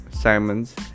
simons